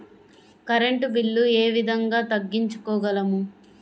Current bill ఏ విధంగా తగ్గించుకోగలము?